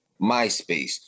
MySpace